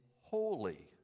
holy